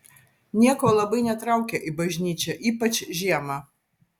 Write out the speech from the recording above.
nieko labai netraukia į bažnyčią ypač žiemą